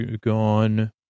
gone